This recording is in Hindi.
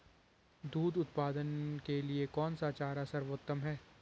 दूध उत्पादन के लिए कौन सा चारा सर्वोत्तम है?